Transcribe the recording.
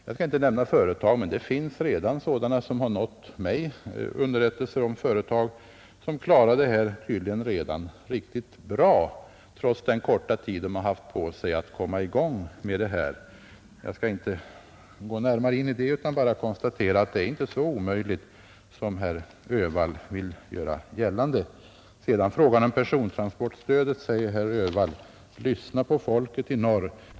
Jag skall inte nämna företag, men underrättelser har nått mig om företag som tydligen klarar detta riktigt bra redan, trots den korta tid de haft på sig att komma i gång. Jag skall inte gå närmare in på detta utan bara konstatera att det inte är så omöjligt som herr Öhvall vill göra gällande. I fråga om persontransportstödet säger herr Öhvall: Lyssna på folket i norr!